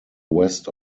west